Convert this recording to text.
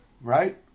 Right